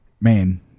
man